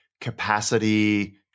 capacity